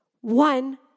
one